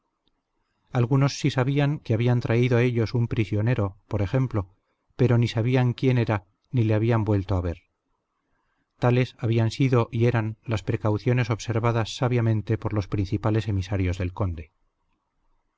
algunos sí sabían que habían traído ellos mismos un prisionero por ejemplo pero ni sabían quién era ni le habían vuelto a ver tales habían sido y eran las precauciones observadas sabiamente por los principales emisarios del conde